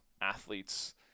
athletes